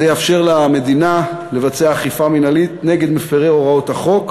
זה יאפשר למדינה לבצע אכיפה מינהלית נגד מפרי הוראות החוק,